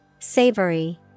Savory